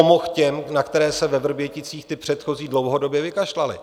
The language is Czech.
Pomohl těm, na které se ve Vrběticích ty předchozí dlouhodobě vykašlaly.